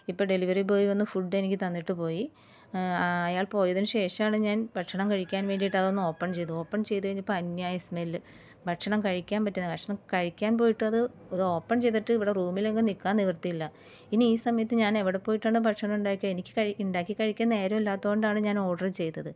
ഇപ്പം delivery boy വന്ന് ഫുഡെനിക്ക് തന്നിട്ട് പോയി അയാൾ പോയതിന് ശേഷമാണ് ഞാൻ ഭക്ഷണം കഴിക്കാൻ വേണ്ടിയിട്ട് അതൊന്ന് ഓപ്പൺ ചെയ്തത് ഓപ്പൺ ചെയ്ത് കഴിഞ്ഞപ്പം അന്യായ സ്മെല്ല് ഭക്ഷണം കഴിക്കാൻ പറ്റുന്നില്ല ഭക്ഷണം കഴിക്കാൻ പോയിട്ടത് ഓപ്പൺ ചെയ്തിട്ട് റൂമിലെങ്ങും നിൽക്കാൻ നിവർത്തിയില്ല ഇനി ഈ സമയത്ത് ഞാനെവിടെ പോയിട്ടാണ് ഭക്ഷണം ഉണ്ടാക്കി എനിക്ക് ഉണ്ടാക്കി കഴിക്കാൻ നേരമില്ലാത്തത് കൊണ്ടാണ് ഞാന് ഓർഡർ ചെയ്തത്